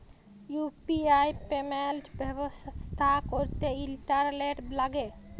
UPI payment ব্যবস্থা ক্যরতে internet ল্যাগে